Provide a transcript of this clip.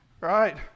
Right